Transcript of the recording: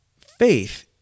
faith